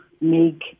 make